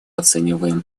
оцениваем